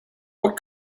what